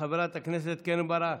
של חברת הכנסת קרן ברק,